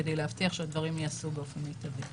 כדי להבטיח שהדברים ייעשו באופן מיטבי.